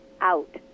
out